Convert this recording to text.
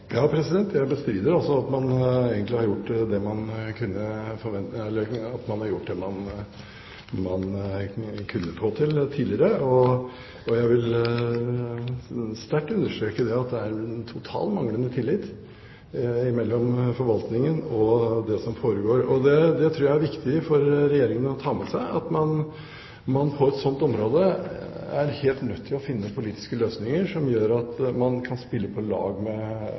Jeg bestrider altså at man har gjort det man kunne få til, tidligere, og jeg vil sterkt understreke at det er en totalt manglende tillit mellom forvaltningen og lokalbefolkningen når det gjelder det som foregår. Det tror jeg er viktig for Regjeringen å ta med seg, fordi man på et sånt område er helt nødt til å finne politiske løsninger som gjør at man kan spille på lag med